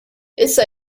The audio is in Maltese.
issa